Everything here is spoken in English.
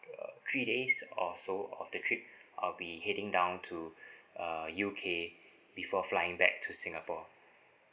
uh three days or so of the trip I'll be heading down to uh U_K before flying back to singapore